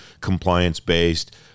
compliance-based